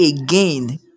again